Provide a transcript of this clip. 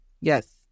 Yes